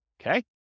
Okay